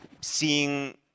seeing